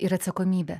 ir atsakomybę